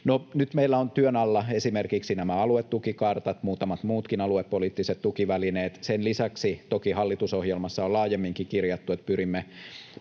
nyt meillä ovat työn alla esimerkiksi nämä aluetukikartat ja muutamat muutkin aluepoliittiset tukivälineet. Sen lisäksi toki hallitusohjelmassa on laajemminkin kirjattu, että pyrimme